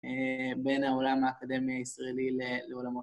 אה.. בין העולם האקדמי הישראלי לעולמות.